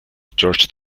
george